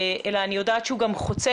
אני גם יודעת שהוא חוצה,